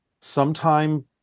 Sometime